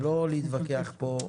ולא להתווכח פה.